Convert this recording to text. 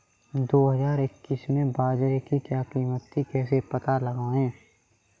दो हज़ार इक्कीस में बाजरे की क्या कीमत थी कैसे पता लगाएँ?